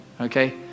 Okay